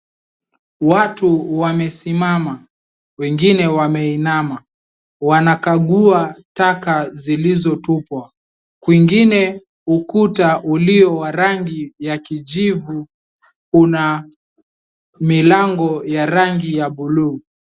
Watu wamesimama wengine wameinama wanakagua taka zilizotupwa kwingine ukuta ulio wa rangi wa kijivu una milango ya rangi ya buluu.